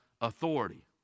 authority